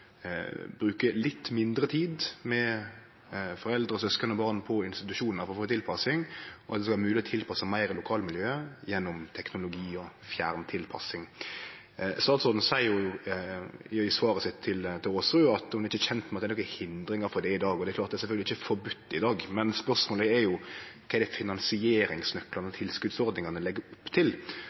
bruke litt mindre tid med foreldre, søsken og barn på institusjonar for å få ei tilpassing, og at det skal vere mogleg å tilpasse meir i lokalmiljøet, gjennom teknologi og fjerntilpassing. Statsråden seier jo i svaret sitt til Aasrud at ho ikkje er kjend med at det er nokon hindringar for det i dag. Det er sjølvsagt ikkje forbode i dag, men spørsmålet er kva finansieringsnøklane og tilskotsordningane legg opp til.